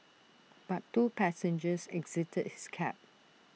but two passengers exited his cab